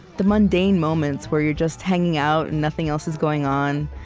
the mundane moments where you're just hanging out and nothing else is going on,